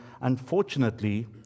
Unfortunately